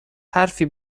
حرفی